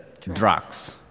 drugs